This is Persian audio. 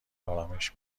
آرامش